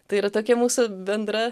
tai yra tokia mūsų bendra